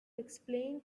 explain